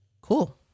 Cool